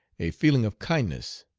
a feeling of kindness,